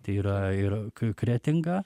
tai yra ir kretinga